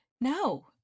no